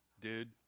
dude